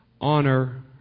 Honor